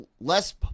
less